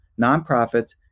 nonprofits